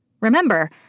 Remember